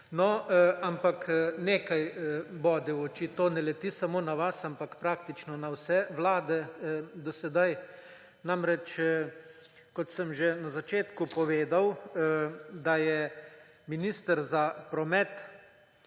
Loko. Ampak nekaj bode v oči. To ne leti samo na vas, ampak praktično na vse vlade do sedaj. Kot sem že na začetku povedal, da je minister za promet